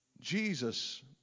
Jesus